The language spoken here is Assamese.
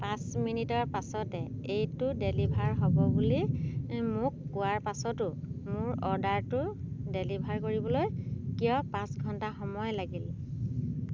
পাঁচ মিনিটৰ পাছতে এইটো ডেলিভাৰ হ'ব বুলি মোক কোৱাৰ পাছতো মোৰ অৰ্ডাৰটো ডেলিভাৰ কৰিবলৈ কিয় পাঁচ ঘণ্টা সময় লাগিল